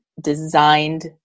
designed